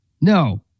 No